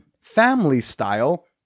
family-style